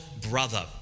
brother